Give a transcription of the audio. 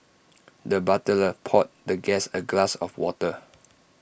the butler poured the guest A glass of water